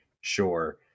sure